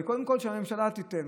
קודם כול שהממשלה תיתן,